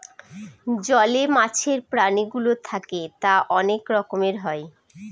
জলে মাছের প্রাণীগুলো থাকে তা অনেক রকমের হয়